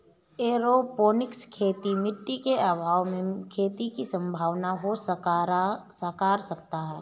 aeroponics खेती मिट्टी के अभाव में खेती की संभावना को साकार करता है